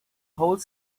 whole